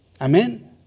Amen